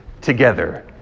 together